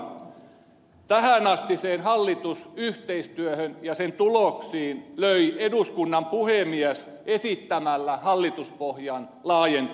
viimeisen naulan tähänastiseen hallitusyhteistyöhön ja sen tuloksiin löi eduskunnan puhemies esittämällä hallituspohjan laajentamista